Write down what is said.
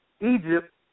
Egypt